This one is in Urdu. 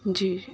جی